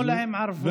תנו להם ערבות.